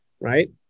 Right